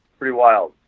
pretty wild.